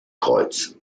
kreuz